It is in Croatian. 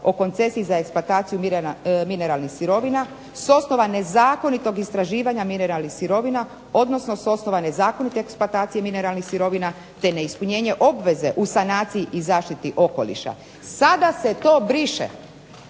o koncesiji za eksploataciju mineralnih sirovina, s osnova nezakonitog istraživanja mineralnih sirovina, odnosno s osnova nezakonite eksploatacije mineralnih sirovina te neispunjenje obveze u sanaciji i zaštiti okoliša. Sada se to briše